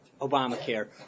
Obamacare